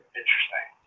interesting